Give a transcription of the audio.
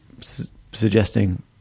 suggesting